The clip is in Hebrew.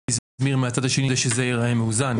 מאיזמיר מן הצד השני כדי שזה ייראה מאוזן.